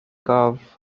golf